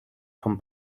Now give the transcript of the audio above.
vom